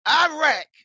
Iraq